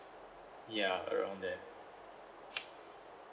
ya around there